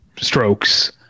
strokes